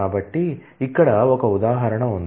కాబట్టి ఇక్కడ ఒక ఉదాహరణ ఉంది